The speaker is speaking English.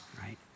right